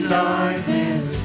darkness